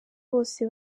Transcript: bose